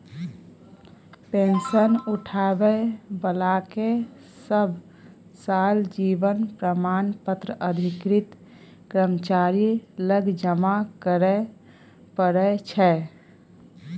pension उठाबै बलाकेँ सब साल जीबन प्रमाण पत्र अधिकृत कर्मचारी लग जमा करय परय छै